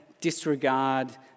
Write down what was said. disregard